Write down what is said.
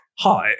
Hi